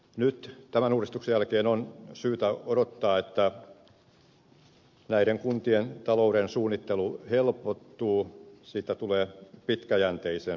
nyt tämän uudistuksen jälkeen on syytä odottaa että näiden kuntien talouden suunnittelu helpottuu siitä tulee pitkäjänteisempää